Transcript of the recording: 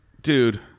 dude